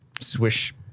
swish